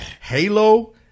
Halo